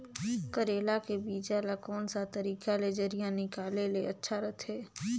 करेला के बीजा ला कोन सा तरीका ले जरिया निकाले ले अच्छा रथे?